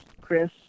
Chris